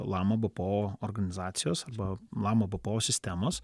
lama bpo organizacijos arba lama bpo sistemos